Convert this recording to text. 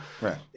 Right